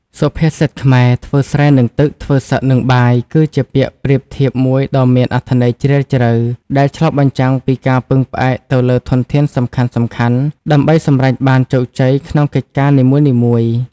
សុភាសិតខ្មែរ ធ្វើស្រែនឹងទឹក ធ្វើសឹកនឹងបាយ គឺជាពាក្យប្រៀបធៀបមួយដ៏មានអត្ថន័យជ្រាលជ្រៅ ដែលឆ្លុះបញ្ចាំងពីការពឹងផ្អែកទៅលើធនធានសំខាន់ៗ ដើម្បីសម្រេចបានជោគជ័យក្នុងកិច្ចការនីមួយៗ។